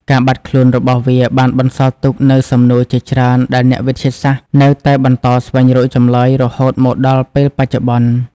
ការបាត់ខ្លួនរបស់វាបានបន្សល់ទុកនូវសំណួរជាច្រើនដែលអ្នកវិទ្យាសាស្ត្រនៅតែបន្តស្វែងរកចម្លើយរហូតមកដល់ពេលបច្ចុប្បន្ន។